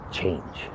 change